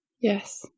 Yes